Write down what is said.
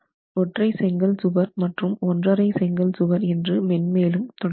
ஒற்றை செங்கல் சுவர் மற்றும் ஒன்றரை செங்கல் சுவர் என்று மென்மேலும் தொடரலாம்